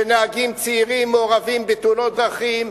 שנהגים צעירים מעורבים בתאונות דרכים,